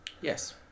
Yes